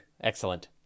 excellent